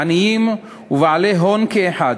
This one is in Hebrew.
עניים ובעלי הון כאחד,